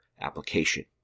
application